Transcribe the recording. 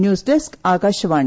news desk Akashvani